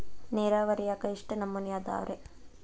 ನೇರಾವರಿಯಾಗ ಎಷ್ಟ ನಮೂನಿ ಅದಾವ್ರೇ?